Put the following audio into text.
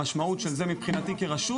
המשמעות של זה מבחינתי כרשות,